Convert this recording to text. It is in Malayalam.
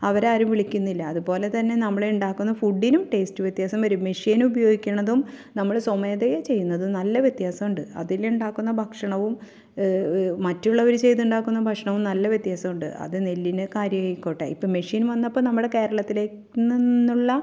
അവരാരും വിളിക്കുന്നില്ല അതുപോലെത്തന്നെ നമ്മളുണ്ടാക്കുന്ന ഫുഡിനും ടേസ്റ്റ് വ്യത്യാസം വരും മെഷീൻ ഉപയോഗിക്കുന്നതും നമ്മൾ സ്വമേധയാ ചെയ്യുന്നതും നല്ല വ്യത്യാസമുണ്ട് അതിലുണ്ടാക്കുന്ന ഭക്ഷണവും മറ്റുള്ളവർ ചെയ്തുണ്ടാക്കുന്ന ഭക്ഷണവും നല്ല വ്യത്യാസമുണ്ട് അത് നെല്ലിൻ്റെ കാര്യം ആയിക്കോട്ടെ ഇപ്പോൾ മെഷീൻ വന്നപ്പോൾ നമ്മുടെ കേരളത്തിലെ അന്നന്നുള്ള